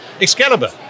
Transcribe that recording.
Excalibur